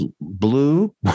Blue